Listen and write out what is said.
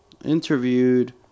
interviewed